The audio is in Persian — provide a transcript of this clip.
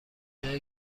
جایی